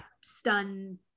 stun